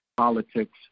Politics